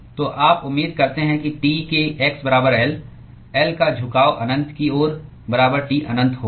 तो आप उम्मीद करते हैं कि T के x बराबर L L का झुकाव अनंत की ओर बराबर T अनंत होगा